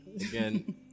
again